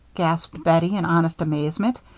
gasped bettie, in honest amazement.